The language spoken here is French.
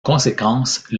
conséquence